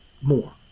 more